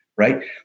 Right